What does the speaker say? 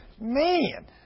man